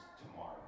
tomorrow